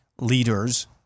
leaders